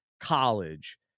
college